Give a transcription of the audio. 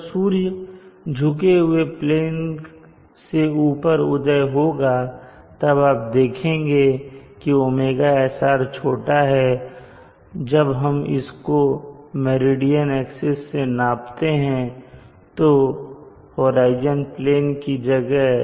जब सूर्य झुके हुए प्लेन से ऊपर उदय होगा तब आप देखेंगे की ωsr छोटा है जब हम इसको मेरिडियन एक्सिस से नापते हैं होराइजन प्लेन की जगह